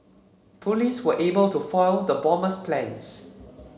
police were able to foil the bomber's plans